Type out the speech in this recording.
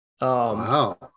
Wow